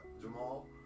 Jamal